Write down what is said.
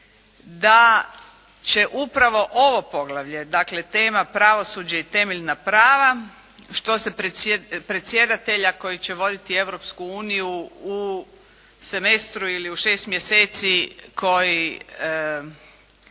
da će upravo ovo Poglavlje, dakle, tema pravosuđe i temeljna prava, što se predsjedatelja koji će voditi Europsku uniju u semestru ili u šest mjeseci koji